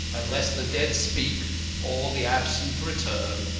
unless the dead speak or the absent return.